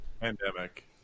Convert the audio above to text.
Pandemic